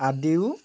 আদিও